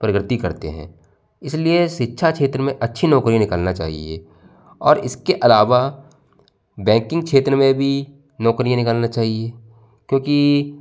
प्रगति करते हैं इसलिए शिक्षा क्षेत्र में अच्छी नौकरियाँ निकालना चाहिए और इसके अलावा बैंकिंग क्षेत्र में भी नौकरियाँ निकालना चाहिए क्योंकि